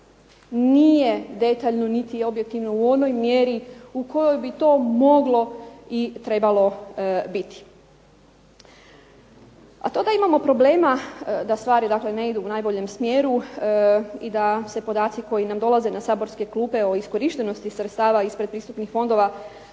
nije detaljno niti objektivno u onoj mjeri u kojoj bi to moglo i trebalo biti. A to da imamo problema, da stvari dakle ne idu u najboljem smjeru i da se podaci koji nam dolaze na saborske klupe o iskorištenosti sredstava iz predpristupnih fondova